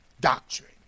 doctrine